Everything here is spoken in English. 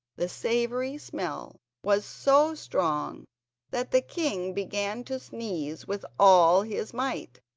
the savoury smell was so strong that the king began to sneeze with all his might.